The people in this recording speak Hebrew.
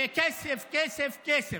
כסף, כסף, כסף.